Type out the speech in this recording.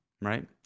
right